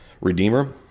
Redeemer